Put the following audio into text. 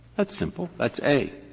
that's simple. that's a.